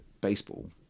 baseball